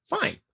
fine